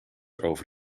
over